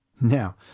Now